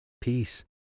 peace